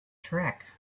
trick